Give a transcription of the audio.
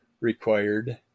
required